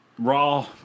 Raw